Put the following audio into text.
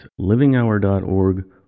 livinghour.org